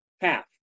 path